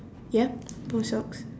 yup both socks